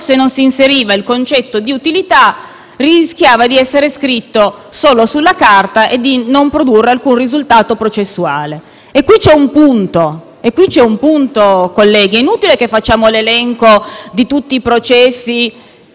rischiava di rimanere scritto solo sulla carta e di non produrre alcun risultato processuale. E qui c'è un punto, colleghi: è inutile che facciamo l'elenco di tutti i processi per mafia che si sono